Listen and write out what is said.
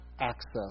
access